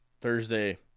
Thursday